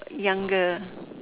younger